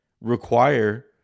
require